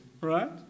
right